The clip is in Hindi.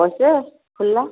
और वैसे खुल्ला